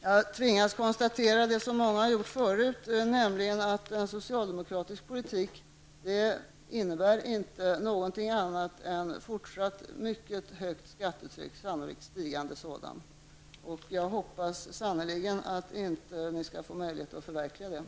Jag tvingas konstatera det som många har gjort förut, nämligen att en socialdemokratisk politik inte innebär någonting annat än fortsatt mycket högt skattetryck, sannolikt stigande sådant. Jag hoppas sannerligen att ni inte skall få möjlighet att förverkliga den.